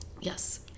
Yes